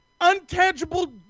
untangible